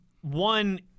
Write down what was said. one